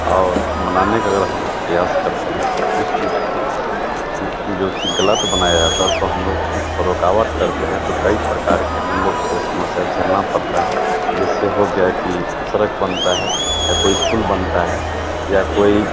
और बनाने का अगर हम लोग प्रयास करते हैं तो उस चीज़ को जो चीज़ ग़लत बनाई जाती है तो हम लोग उसको रुकावट करते हैं तो कई प्रकार की हम लोग को समस्या झेलनी पड़ती है जैसे हो गया कि सड़क बनती है या कोई इस्कुल बनता है या कोई